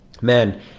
man